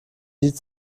lied